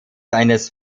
eines